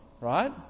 right